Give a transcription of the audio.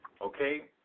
okay